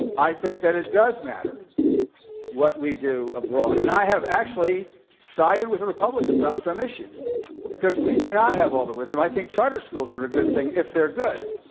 i think that it does matter what we do abroad. and i have actually sided with republicans on some issues because we do not have all the wisdom. i think charter schools are a good thing if they're good.